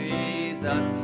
Jesus